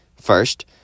First